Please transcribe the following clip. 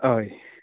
हय